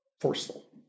forceful